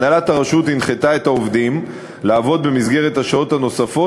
הנהלת הרשות הנחתה את העובדים לעבוד במסגרת השעות הנוספות